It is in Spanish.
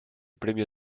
premio